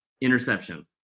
interception